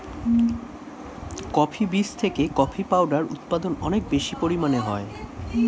coffee বীজ থেকে coffee powder উৎপাদন অনেক বেশি পরিমাণে হয়